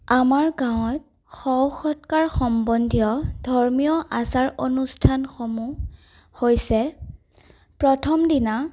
আমাৰ গাঁৱত শৱ সৎকাৰ সম্বন্ধীয় ধৰ্মীয় আচাৰ অনুষ্ঠানসমূহ হৈছে প্ৰথম দিনা